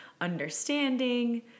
understanding